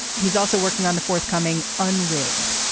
he's also working on the forthcoming un rigged.